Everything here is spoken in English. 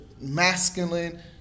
Masculine